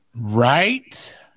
Right